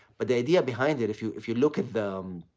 but the idea behind it, if you if you look at the, um